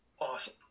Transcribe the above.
awesome